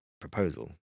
proposal